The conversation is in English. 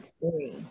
three